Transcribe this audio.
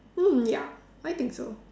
mm yup I think so